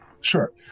Sure